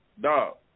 Dog